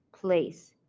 place